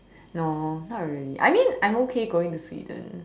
no not really I mean I'm okay going to Sweden